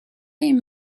این